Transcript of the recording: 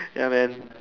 ya man